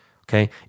okay